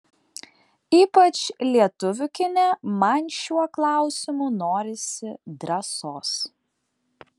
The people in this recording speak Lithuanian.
ypač lietuvių kine man šiuo klausimu norisi drąsos